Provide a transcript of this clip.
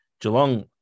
Geelong